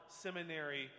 seminary